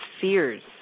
fears